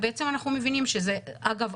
אגב,